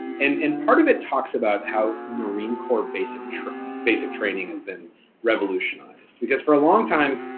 and and part of it talks about how marine corp basic training basic training has been revolutionized, because for a long time,